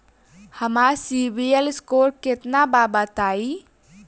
हमार सीबील स्कोर केतना बा बताईं?